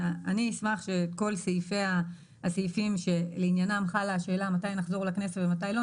אשמח שכל הסעיפים שלעניינם חלה השאלה מתי נחזור לכנסת ומתי לא,